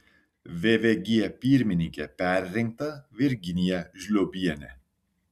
vvg pirmininke perrinkta virginija žliobienė